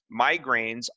Migraines